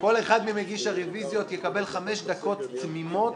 כל אחד ממגישי הרביזיות יקבל חמש דקות תמימות